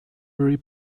very